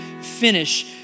finish